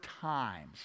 times